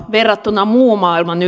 verrattuna muun maailman